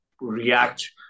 react